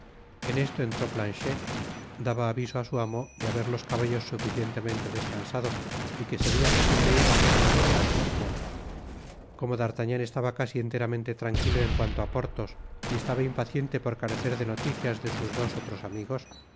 en esto entró planche daba aviso á su amo de haber los caballos suficientemente descausado y que seria posible ir á hacer noche á ciermont como d'artagnan estaba casi enteramente tranquilo en cuanto á porthos y estaba impaciente por carecer de noticias de sus dos otros amigos